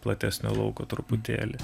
platesnio lauko truputėlį